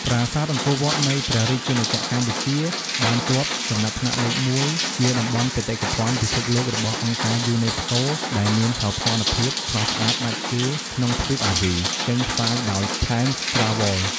ប្រាសាទអង្គរវត្តនៃព្រះជាណាចក្រកម្ពុជា បានជាប់ចំណាត់ថ្នាក់លេខ១ ជាតំបន់បេតិកភណ្ឌពិភពលោករបស់អង្គការយូណេស្កូ ដែលមានសោភ័ណភាពស្រស់ស្អាតដាច់គេក្នុងទ្វីបអាស៊ី ចេញផ្សាយដោយ TimesTravel។